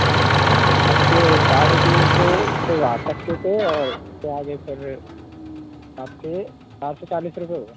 आपके साढ़े तीन सो तो वहाँ तक के थे और उससे आगे फिर आपके चार सौ चालीस रुपये हो गए